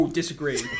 disagree